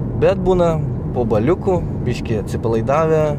bet būna po baliukų biškį atsipalaidavę